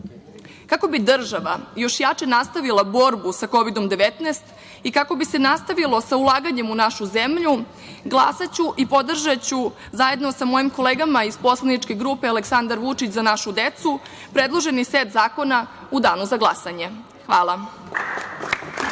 bi država još jače nastavila borbu sa Kovidom 19 i kako bi se nastavilo sa ulaganjem u našu zemlju, glasaću i podržaću zajedno sa mojim kolegama iz poslaničke grupe Aleksandar Vučić - Za našu decu predloženi set zakona u danu za glasanje. Hvala.